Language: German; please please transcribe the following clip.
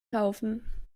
kaufen